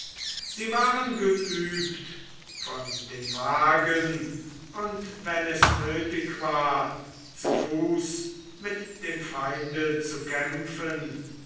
sie waren geübt von den wagen und wenn es nötig war zu fuß mit dem feinde zu kämpfen